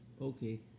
Okay